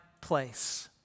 place